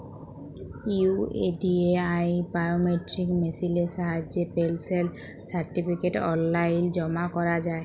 UIDAI biometric মেসিলের সাহায্যে personal certificate অললাইল জমা ক্যরা যায়